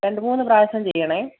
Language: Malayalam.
രണ്ടുമൂന്ന് പ്രാവശ്യം ചെയ്യണേ